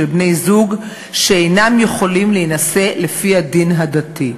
בני-זוג שאינם יכולים להינשא לפי הדין הדתי.